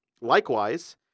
Likewise